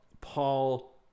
Paul